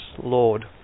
Lord